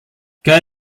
gaya